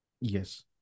yes